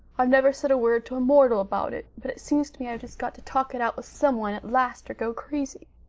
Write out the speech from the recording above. i've never said a word to a mortal about it, but it seems to me i've just got to talk it out with some one at last or go crazy.